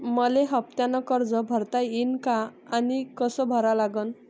मले हफ्त्यानं कर्ज भरता येईन का आनी कस भरा लागन?